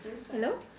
hello